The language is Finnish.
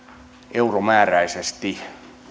euromääräisesti